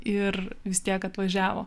ir vis tiek atvažiavo